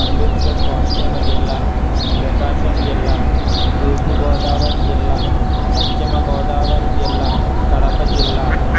అంబేద్కర్ కోనసీమ జిల్లా ప్రకాశం జిల్లా తూర్పు గోదావరి జిల్లా పశ్చిమ గోదావరి జిల్లా కడప జిల్లా